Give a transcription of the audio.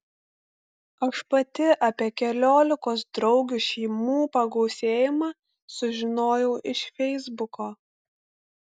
aš pati apie keliolikos draugių šeimų pagausėjimą sužinojau iš feisbuko